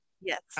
Yes